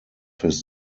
his